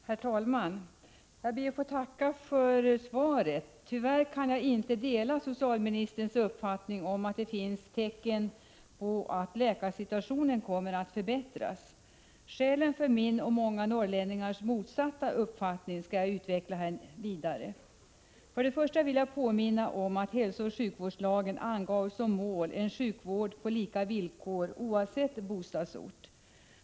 Herr talman! Jag ber att få tacka för svaret. Tyvärr kan jag inte dela socialministerns uppfattning om att det finns tecken på att läkarsituationen kommer att förbättras. Skälen till min och många andra norrlänningars motsatta uppfattning skall jag utveckla vidare här. För det första vill jag påminna om att i hälsooch sjukvårdslagen angavs som mål en sjukvård på lika villkor oavsett bostadsort.